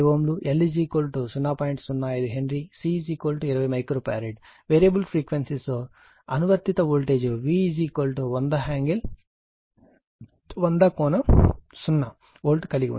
05 henry C 20 micro farad variable ఫ్రీక్వెన్సీతో అనువర్తిత voltage V 100 angle 0 volt కలిగి ఉంది